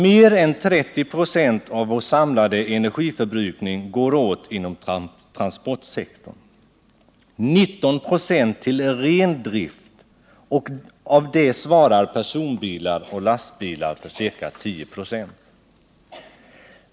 Mer än 30 96 av vår samlade energiförbrukning går åt inom transportsektorn. 19 96 går till ren drift — och av det svarar personbilar och lastbilar för ca 90 96.